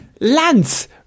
Lance